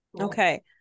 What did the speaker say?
okay